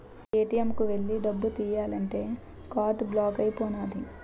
ATM కు ఎల్లి డబ్బు తియ్యాలంతే కార్డు బ్లాక్ అయిపోనాది